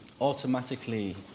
automatically